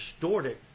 distorted